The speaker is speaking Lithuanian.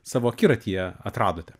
savo akiratyje atradote